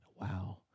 Wow